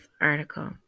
article